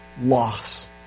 loss